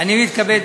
אני מתכבד